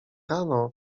rano